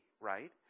right